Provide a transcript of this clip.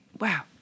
wow